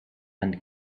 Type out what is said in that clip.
and